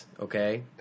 okay